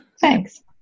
Thanks